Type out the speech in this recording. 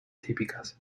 típicas